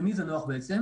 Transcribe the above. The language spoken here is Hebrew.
למי זה נוח, בעצם?